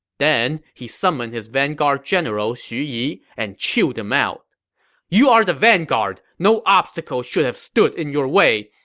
then, he summoned his vanguard general xu yi and chewed him out you are the vanguard. no obstacle should have stood in your way.